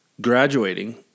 graduating